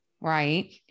right